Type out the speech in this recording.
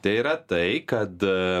tai yra tai kad